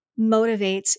motivates